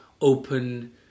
open